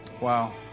Wow